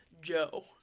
Joe